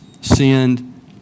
sinned